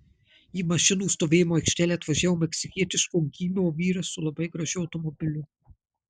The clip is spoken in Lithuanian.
į mašinų stovėjimo aikštelę atvažiavo meksikietiško gymio vyras su labai gražiu automobiliu